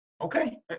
Okay